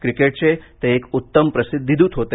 क्रिकेटचे ते एक उत्तम प्रसिद्धीदूत होते